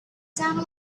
sounded